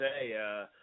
say